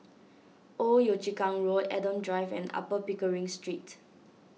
Old Yio Chu Kang Road Adam Drive and Upper Pickering Street